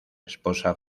esposa